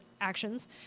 actions